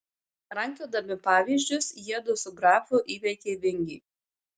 rankiodami pavyzdžius jiedu su grafu įveikė vingį